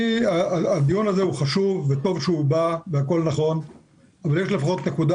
הדיון הזה הוא חשוב וטוב שהוא מתקיים אבל יש נקודה